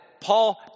Paul